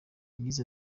yagize